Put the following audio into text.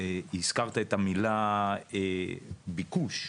הזכרת את המילה 'ביקוש'.